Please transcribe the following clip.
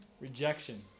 Rejection